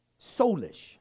soulish